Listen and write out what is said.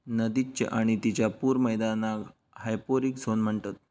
नदीच्य आणि तिच्या पूर मैदानाक हायपोरिक झोन म्हणतत